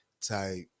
type